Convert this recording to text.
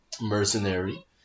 mercenary